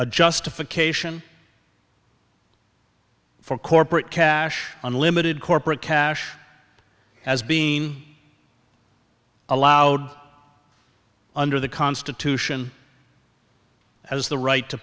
a justification for corporate cash unlimited corporate cash as being allowed under the constitution as the right to